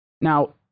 Now